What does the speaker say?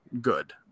good